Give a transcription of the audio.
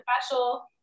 special